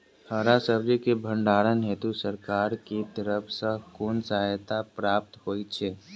हरा सब्जी केँ भण्डारण हेतु सरकार की तरफ सँ कुन सहायता प्राप्त होइ छै?